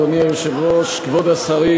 אדוני היושב-ראש, כבוד השרים,